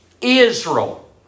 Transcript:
Israel